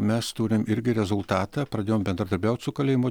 mes turim irgi rezultatą pradėjom bendradarbiaut su kalėjimų